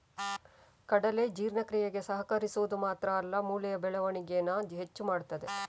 ಕಡಲೆ ಜೀರ್ಣಕ್ರಿಯೆಗೆ ಸಹಕರಿಸುದು ಮಾತ್ರ ಅಲ್ಲ ಮೂಳೆಯ ಬೆಳವಣಿಗೇನ ಹೆಚ್ಚು ಮಾಡ್ತದೆ